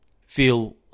feel